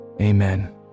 amen